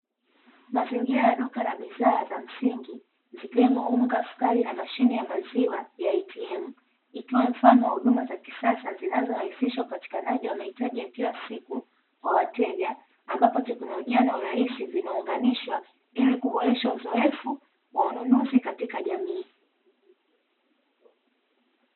Mazingira ya duka la bidhaa za msingi zikiwemo unga, sukari na mashine ya maziwa ya "ATM". Ikiwa mfano wa huduma za kisasa zinazorahisisha upatikanaji wa mahitaji ya kila siku kwa wateja, ambapo teknolojia na urahisi vinaunganishwa ili kuboresha uzoefu wa ununuzi katika jamii.